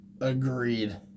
Agreed